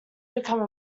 become